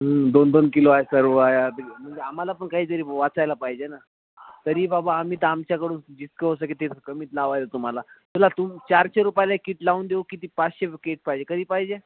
दोन दोन किलो आहे सर्व म्हणजे आम्हाला पण काहीतरी वाचायला पाहिजे ना तरी बाबा आम्ही तर आमच्याकडून जितकं हो सके ते कमीच लावायच तुम्हाला तुला तुम चारशे रुपायाला कीट लावून देऊ किती पाचशे कीट पाहिजे कधी पाहिजे